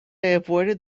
avoided